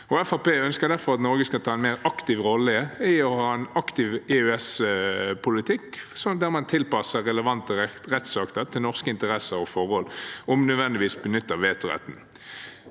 derfor at Norge skal ta en mer aktiv rolle i å ha en aktiv EØS-politikk, der man tilpasser relevante rettsakter til norske interesser og forhold og benytter vetoretten